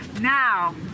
Now